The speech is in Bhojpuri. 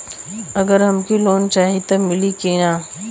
अगर हमके लोन चाही त मिली की ना?